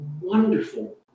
wonderful